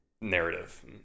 narrative